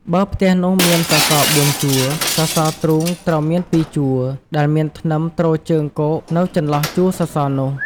បើផ្ទះនោះមានសសរ៤ជួរ សសរទ្រូងត្រូវមាន២ជួរ ដែលមានធ្នឹមទ្រជើងគកនៅចន្លោះជួរសសរនោះ។